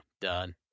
Done